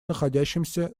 находящимся